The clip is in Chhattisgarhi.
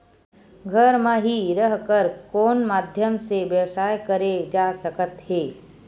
घर म हि रह कर कोन माध्यम से व्यवसाय करे जा सकत हे?